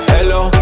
Hello